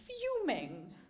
fuming